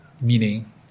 meaning